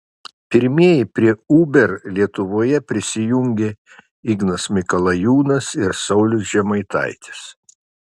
pirmieji prie uber lietuvoje prisijungė ignas mikalajūnas ir saulius žemaitaitis